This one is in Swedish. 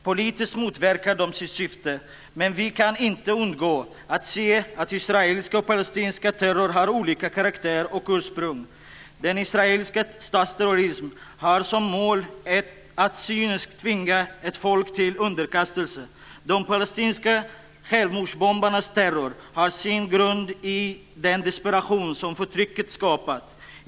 Politiskt motverkar de sitt syfte. Men vi kan inte undgå att se att israelisk och palestinsk terror har olika karaktär och ursprung. Den israeliska statsterrorismen har som mål att cyniskt tvinga ett folk till underkastelse. De palestinska självmordsbombarnas terror har sin grund i den desperation som förtrycket skapat.